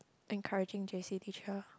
encouraging J_C teacher